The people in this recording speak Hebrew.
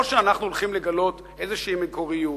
או שאנחנו הולכים לגלות איזושהי מקוריות,